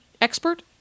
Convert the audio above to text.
expert